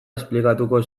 esplikatuko